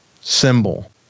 symbol